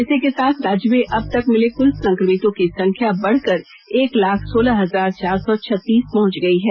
इसी के साथ राज्य में अबतक मिले कुल संक्रमितों की संख्या बढ़कर एक लाख सोलह हजार चार सौ छत्तीस पहुंच गई है